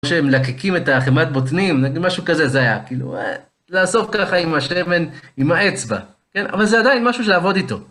כמו שהם מלקקים את החמאת בוטנים, נגיד משהו כזה זה היה. כאילו, לעשות ככה עם השמן, עם האצבע, כן? אבל זה עדיין משהו שלעבוד איתו.